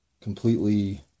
completely